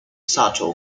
sato